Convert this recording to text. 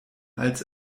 als